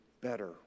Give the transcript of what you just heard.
better